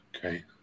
Okay